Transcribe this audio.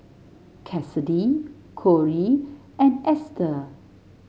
Cassidy Korey and Esther